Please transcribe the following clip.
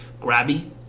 grabby